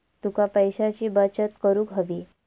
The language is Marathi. तुका पैशाची बचत करूक हवी